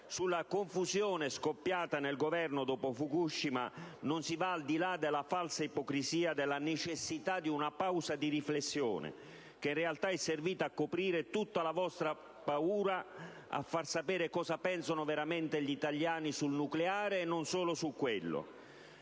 Sulla confusione scoppiata nel Governo dopo Fukushima, non si va al di là della falsa ipocrisia della necessità di una pausa di riflessione che, in realtà, è servita a coprire tutta la vostra paura a far sapere cosa pensano veramente gli italiani del nucleare, e non solo su quello.